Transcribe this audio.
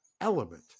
element